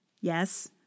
Yes